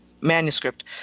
manuscript